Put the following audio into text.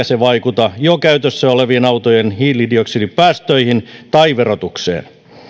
se vaikuta jo käytössä olevien autojen hiilidioksidipäästöihin tai verotukseen